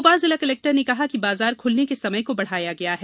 भोपाल जिला कलेक्टर ने कहा कि बाजार खुलने के समय को बढ़ाया गया है